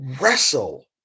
wrestle